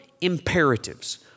imperatives